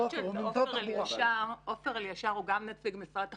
שמי עופר אליישר ואני מנהל אגף תכנון כלכלי במשרד התחבורה.